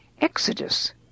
Exodus